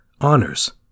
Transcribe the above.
honors